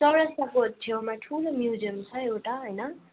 चौरस्ताको छेउमा ठुलो म्युजियम छ एउटा होइन